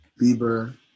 Bieber